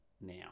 now